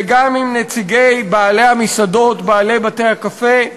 וגם עם נציגי בעלי המסעדות, בעלי בתי-הקפה.